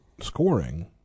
scoring